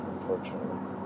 unfortunately